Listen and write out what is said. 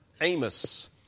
Amos